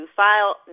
file